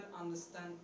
understand